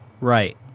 Right